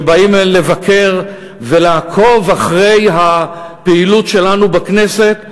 שבאים לבקר ולעקוב אחרי הפעילות שלנו בכנסת.